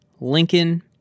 Lincoln